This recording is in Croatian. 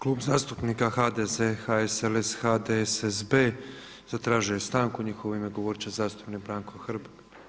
Klub zastupnika HDZ, HSLS, HDSSB zatražio je stanku i u njihovo ime govorit će zastupnik Branko Hrg.